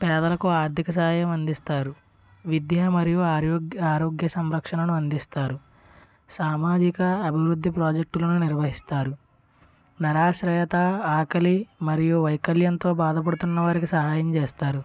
పేదలకు ఆర్ధిక సాయం అందిస్తారు విద్య మరియు ఆరోగ్య ఆరోగ్య సంరక్షణను అందిస్తారు సామాజిక అభివృద్ధి ప్రాజెక్టులను నిర్వహిస్తారు నిరాశ్రయత ఆకలి మరియు వైకల్యంతో బాధపడుతున్నవారికి సహాయం చేస్తారు